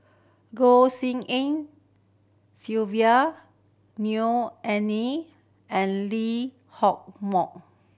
Goh Tshin En Sylvia Neo Anngee and Lee Hock Moh